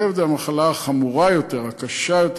כלבת היא המחלה החמורה יותר, הקשה יותר.